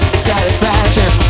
satisfaction